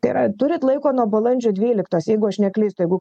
tai yra turit laiko nuo balandžio dvyliktos jeigu aš neklystu jeigu